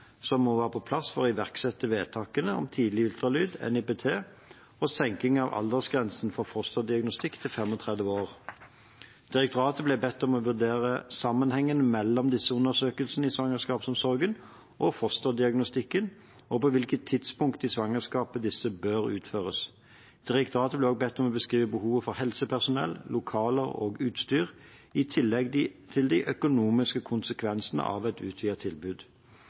som må være på plass for å iverksette vedtakene om tidlig ultralyd, NIPT og senkning av aldersgrensen for fosterdiagnostikk til 35 år. Direktoratet ble bedt om å vurdere sammenhengen mellom disse undersøkelsene i svangerskapsomsorgen og fosterdiagnostikken og på hvilket tidspunkt i svangerskapet disse bør utføres. Direktoratet ble også bedt om å beskrive behovet for helsepersonell, lokaler og utstyr i tillegg til de økonomiske konsekvensene av et utvidet tilbud.